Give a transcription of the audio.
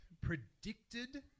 predicted